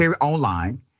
online